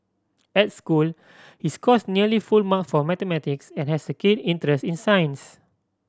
at school he scores nearly full mark for mathematics and has a keen interest in science